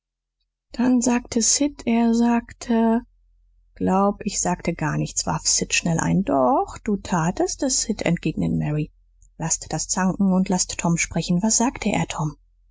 dann sagte sid er sagte glaub ich sagte gar nichts warf sid schnell ein doch du tatst es sid entgegnete mary laßt das zanken und laßt tom sprechen was sagte er tom